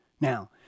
Now